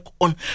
on